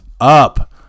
up